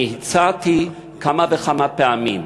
אני הצעתי כמה וכמה פעמים: